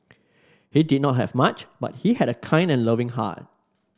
he did not have much but he had a kind and loving heart